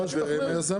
היזמים.